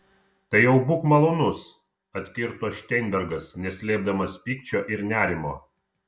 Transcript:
tai jau būk malonus atkirto šteinbergas neslėpdamas pykčio ir nerimo